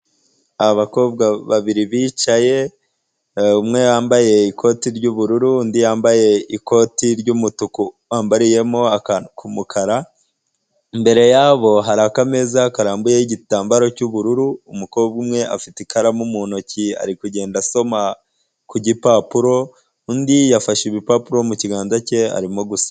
Abakobwa babiri bicaye umwe yambaye ikoti ry'ubururu undi yambaye ikoti ry'umutuku wambariye k'umukara, imbere yabo hari akameza arambuye igitambaro cy'ubururu, umukobwa umwe afite ikaramu mu ntoki ari kugenda asoma ku gipapuro, undi yafashe ibipapuro mu kiganza cye arimo guse.